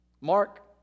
Mark